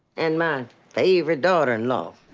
and my favorite daughter-in-law?